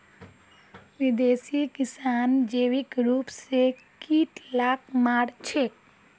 विदेशी किसान जैविक रूप स कीट लाक मार छेक